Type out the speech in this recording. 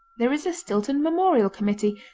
there is a stilton memorial committee,